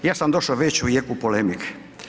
Ja sam došo već u jeku polemike.